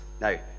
Now